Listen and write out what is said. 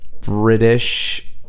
British